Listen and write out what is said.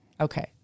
Okay